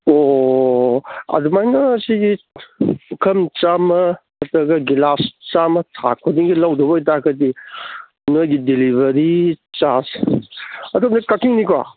ꯑꯣ ꯑꯗꯨꯃꯥꯏꯅ ꯁꯤꯒꯤ ꯄꯨꯈꯝ ꯆꯥꯝꯃ ꯅꯠꯇ꯭ꯔꯒ ꯒ꯭ꯂꯥꯁ ꯆꯥꯝꯃ ꯊꯥ ꯈꯨꯗꯤꯡꯒꯤ ꯂꯧꯗꯧꯕ ꯑꯣꯏꯇꯥꯔꯒꯗꯤ ꯅꯣꯏꯒꯤ ꯗꯦꯂꯤꯕꯔꯤ ꯆꯥꯔꯖ ꯑꯗꯣꯝꯁꯦ ꯀꯛꯆꯤꯡꯅꯤꯀꯣ